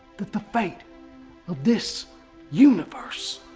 that the fate of this universe.